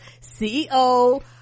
ceo